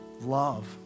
love